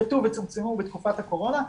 הופחתו וצומצמו בתקופת הקורונה,